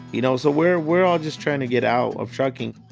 you know so we're we're all just trying to get out of trucking.